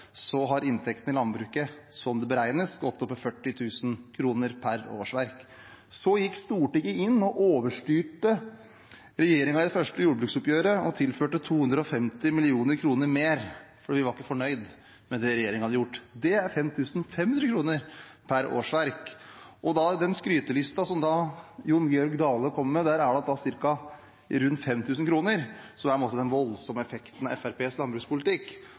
Så gikk Stortinget inn og overstyrte regjeringen i det første jordbruksoppgjøret og tilførte 250 mill. kr mer, for vi var ikke fornøyd med det regjeringen hadde gjort. Det er 5 500 kr per årsverk. I den skrytelista som Jon Georg Dale kom med, er det rundt 5 000 kr, så det er den voldsomme effekten av Fremskrittspartiets landbrukspolitikk.